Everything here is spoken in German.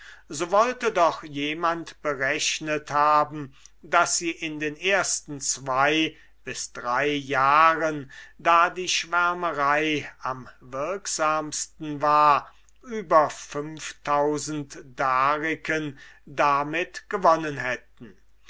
so wollte doch jemand berechnet haben daß sie in den ersten zwei bis drei jahren da die schwärmerei am wirksamsten war über fünf tausend dariken damit gewonnen hätten